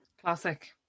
Classic